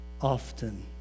Often